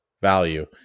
value